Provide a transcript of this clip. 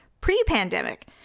pre-pandemic